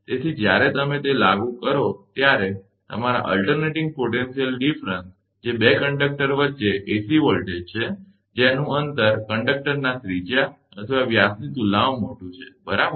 તેથી જ્યારે તમે તે લાગુ કરો ત્યારે તમારા અલ્ટરનેટીંગ પોટેન્શિયલ તફાવત જે 2 કંડક્ટર વચ્ચે એસી વોલ્ટેજ છે જેનું અંતર કંડક્ટરના ત્રિજ્યા અથવા વ્યાસની તુલનામાં મોટું છે બરાબર